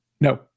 No